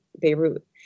Beirut